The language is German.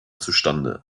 zustande